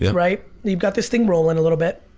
yeah right? you've got this thing rolling a little bit,